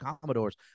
Commodores